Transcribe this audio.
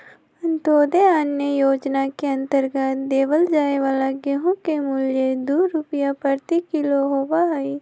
अंत्योदय अन्न योजना के अंतर्गत देवल जाये वाला गेहूं के मूल्य दु रुपीया प्रति किलो होबा हई